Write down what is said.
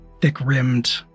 thick-rimmed